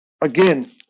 again